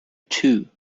too